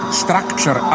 structure